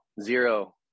zero